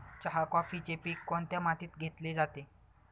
चहा, कॉफीचे पीक कोणत्या मातीत घेतले जाते?